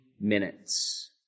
minutes